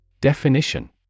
Definition